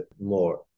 more